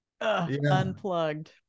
unplugged